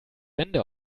wände